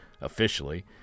officially